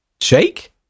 Shake